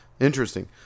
Interesting